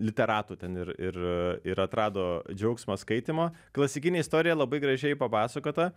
literatu ten ir ir ir atrado džiaugsmą skaitymo klasikinė istorija labai gražiai papasakota